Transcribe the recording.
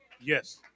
Yes